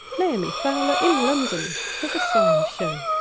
naomi fowler in london for the science show.